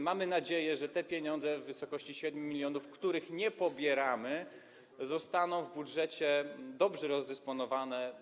Mamy nadzieję, że te pieniądze w wysokości 7 mln, których nie pobieramy, zostaną w budżecie dobrze rozdysponowane.